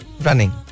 running